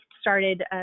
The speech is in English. started